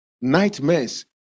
Nightmares